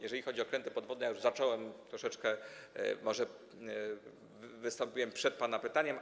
Jeżeli chodzi o okręty podwodne, ja już może zacząłem troszeczkę mówić, wystąpiłem przed pana pytaniem.